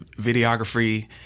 videography